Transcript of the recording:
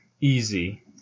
easy